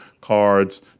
cards